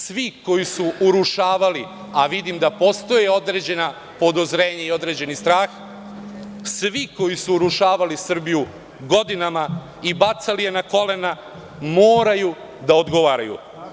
Svi koji su urušavali, a vidim da postoje određena podozrenja i određeni strah, svi koji su urušavali Srbiju godinama i bacali je na kolena, moraju da odgovaraju.